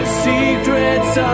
secrets